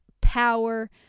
power